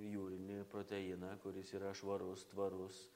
jūrinį proteiną kuris yra švarus tvarus